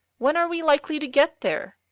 when are we likely to get there?